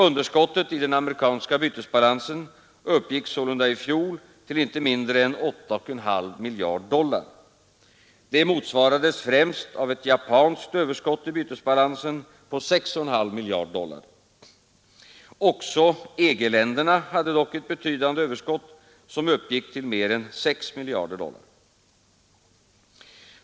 Underskottet i den amerikanska bytesbalansen uppgick sålunda i fjol till inte mindre än 8,5 miljarder dollar. Detta motsvarades främst av ett japanskt bytesbalansöverskott på 6,5 miljarder dollar. Även EG-länderna hade dock ett betydande överskott, som uppgick till mer än 6 miljarder dollar.